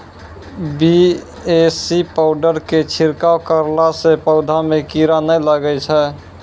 BAC powder के छिड़काव करला से पौधा मे कीड़ा नैय लागै छै?